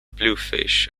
bluefish